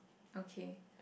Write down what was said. okay